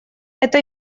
это